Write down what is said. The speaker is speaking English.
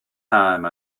time